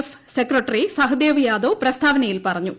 F secretary Sahdev Yadav പ്രസ്താവനയിൽ പറഞ്ഞു